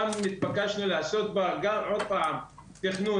גם התבקשנו לעשות בה עוד פעם תכנון